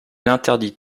interdit